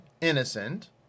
innocent